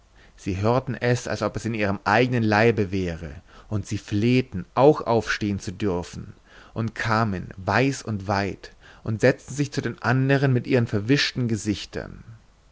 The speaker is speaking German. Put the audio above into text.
sie hörten es als ob es in ihrem eigenen leibe wäre und sie flehten auch aufstehen zu dürfen und kamen weiß und weit und setzten sich zu den andern mit ihren verwischten gesichtern